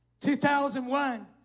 2001